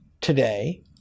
today